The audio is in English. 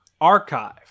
archive